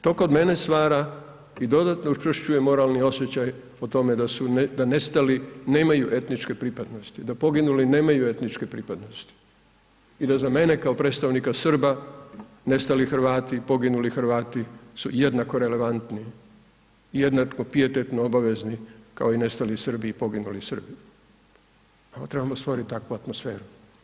To kod mene stvara i dodatno učvršćuje moralni osjećaj o tome, da nestali nemaju etničke pripadnosti, da poginuli nemaju etničke pripadnosti i da za mene, kao predstavnika Srba, nestali Hrvati, poginuli Hrvati su jednako relevantni i jednako … obavezni kao i nestali Srbi i poginuli Srbi, samo trebamo stvoriti takvu atmosferu.